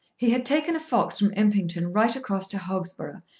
he had taken a fox from impington right across to hogsborough,